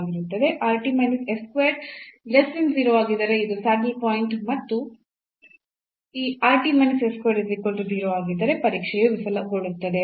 ಆಗಿದ್ದರೆ ಇದು saddle point ಮತ್ತು ಈ ಆಗಿದ್ದರೆ ಪರೀಕ್ಷೆಯು ವಿಫಲಗೊಳ್ಳುತ್ತದೆ